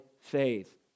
faith